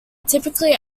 typically